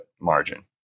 margin